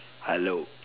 hello